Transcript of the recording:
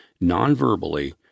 non-verbally